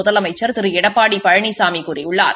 முதலமைச்சள் திரு எடப்பாடி பழனிசாமி கூறியுள்ளார்